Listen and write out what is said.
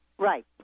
Right